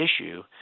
issue